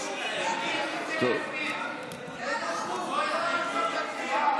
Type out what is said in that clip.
זו הסתייגות, אבל בהצבעה,